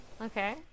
Okay